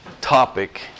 topic